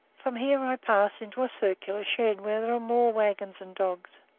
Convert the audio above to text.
from here i pass into a circular shed, where are more wagons and dogs,